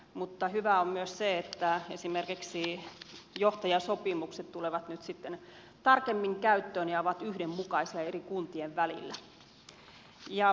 mutta hyvää on myös se että esimerkiksi johtajasopimukset tulevat nyt tarkemmin käyttöön ja ovat yhdenmukaisia eri kuntien välillä